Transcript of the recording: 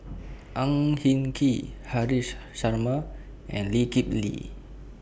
Ang Hin Kee Haresh Sharma and Lee Kip Lee